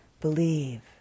believe